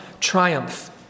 triumph